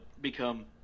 become